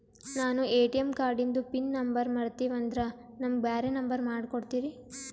ನಾನು ಎ.ಟಿ.ಎಂ ಕಾರ್ಡಿಂದು pin number ಮರತೀವಂದ್ರ ನಮಗ ಬ್ಯಾರೆ ನಂಬರ್ ಮಾಡಿ ಕೊಡ್ತೀರಿ?